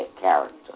character